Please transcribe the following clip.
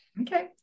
Okay